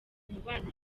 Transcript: umubano